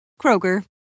Kroger